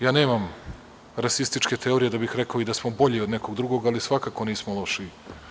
Ja nemam rasističke teorije da bih rekao i da smo bolji od nekog drugog, ali svakako nismo lošiji.